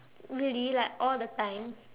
really like all the time